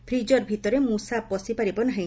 freezer ଭିତରେ ମୃଷା ପଶିପାରିବ ନାହି